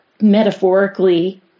metaphorically